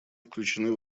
включены